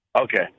Okay